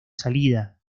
salida